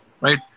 right